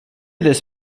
this